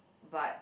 but